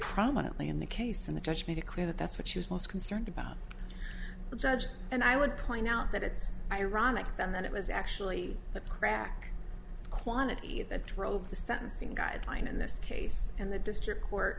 prominently in the case and the judge made it clear that that's what she was most concerned about the judge and i would point out that it's ironic then that it was actually the crack quantity that drove the sentencing guideline in this case and the district court